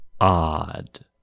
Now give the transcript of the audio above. odd